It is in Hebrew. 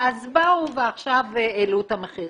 באו ועכשיו העלו את המחיר,